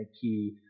key